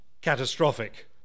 Catastrophic